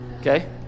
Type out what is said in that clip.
okay